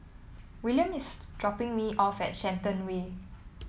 William is dropping me off at Shenton Way